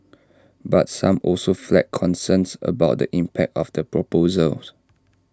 but some also flagged concerns about the impact of the proposals